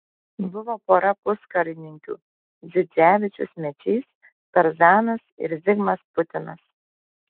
buvo pora puskarininkių dzidzevičius mečys tarzanas ir zigmas putinas